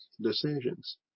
decisions